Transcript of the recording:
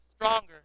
stronger